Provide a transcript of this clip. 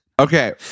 okay